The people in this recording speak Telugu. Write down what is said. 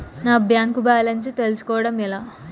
నా బ్యాంకు బ్యాలెన్స్ తెలుస్కోవడం ఎలా?